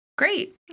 Great